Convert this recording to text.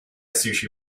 sushi